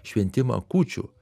šventimą kūčių